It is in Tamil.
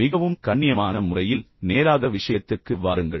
மிகவும் கண்ணியமான முறையில் நேராக விஷயத்திற்கு வாருங்கள்